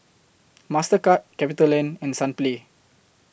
Mastercard CapitaLand and Sunplay